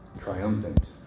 triumphant